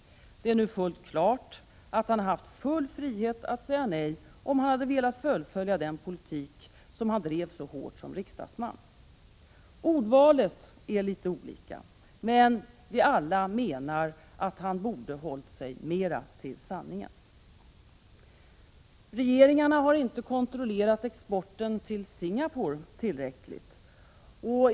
Det är nu fullt klart att han hade haft full frihet att säga nej om han hade velat fullfölja den politik som han drev hårt som riksdagsman. Ordvalet är litet olika, men vi menar alla att han borde ha hållit sig mera till sanningen. Regeringarna har inte kontrollerat exporten till Singapore tillräckligt.